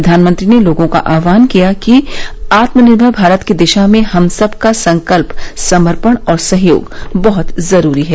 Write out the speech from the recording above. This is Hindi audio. प्रधानमंत्री ने लोगों का आह्वान किया कि आत्मनिर्भर भारत की दिशा में हम सब का संकल्प समर्पण और सहयोग बहुत जरूरी है